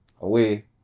away